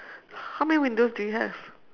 how many windows do you have